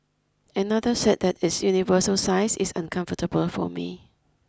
another said that its universal size is uncomfortable for me